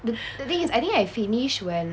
the the thing is I think I finish when